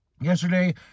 yesterday